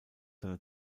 seine